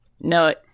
no